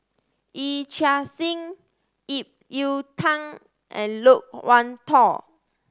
Yee Chia Hsing Ip Yiu Tung and Loke Wan Tho